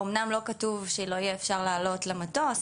אמנם לא כתוב שלא יהיה אפשר לעלות למטוס,